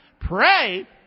pray